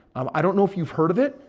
um i don't know if you've heard of it.